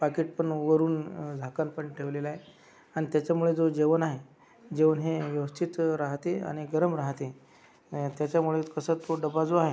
packet पण वरून झाकण पण ठेवलेलं आहे आणि त्याच्यामुळे जो जेवण आहे जेवण हे व्यवस्थित राहते आणि गरम राहते त्याच्यामुळे कसं तो डबा जो आहे